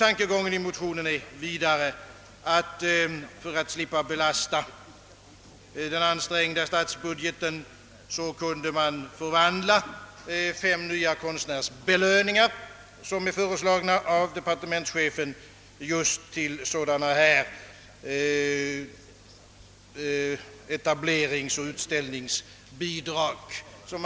Tankegången i motionen är vidare att man till etableringsoch utställningsbidrag kunde förvandla de fem nya konstnärsbelöningar, som är föreslagna av departementschefen, och därigenom slippa belasta den ansträngda statsbudgeten.